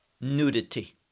nudity